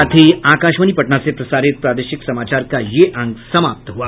इसके साथ ही आकाशवाणी पटना से प्रसारित प्रादेशिक समाचार का ये अंक समाप्त हुआ